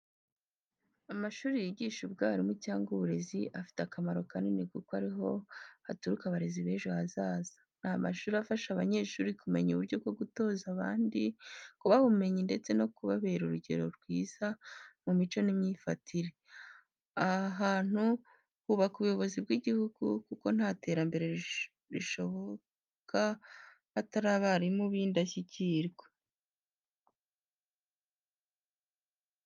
Amashuri yigisha ubwarimu cyangwa uburezi afite akamaro kanini kuko ari ho haturuka abarezi b’ejo hazaza. Ni amashuri afasha abanyeshuri kumenya uburyo bwo gutoza abandi, kubaha ubumenyi ndetse no kubabera urugero rwiza mu mico n’imyifatire. Aha hantu hubaka ubuyobozi bw’igihugu kuko nta terambere rishoboka hatari abarimu b’indashyikirwa.